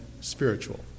spiritual